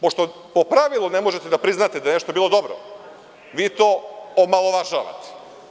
Pošto po pravilu ne možete da priznate da je nešto bilo dobro, vi to omalovažavate.